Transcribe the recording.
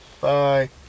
bye